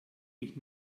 mich